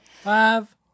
Five